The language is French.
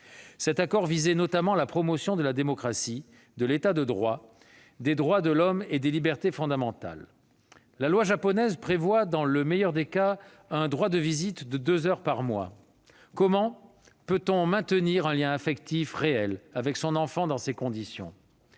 Cet accord visait notamment à promouvoir la démocratie, l'État de droit, les droits de l'homme et les libertés fondamentales. La loi japonaise prévoit, dans le meilleur des cas, un droit de visite de deux heures par mois. Comment peut-on maintenir un lien affectif réel avec son enfant dans ces conditions ?